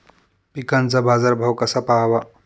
पिकांचा बाजार भाव कसा पहावा?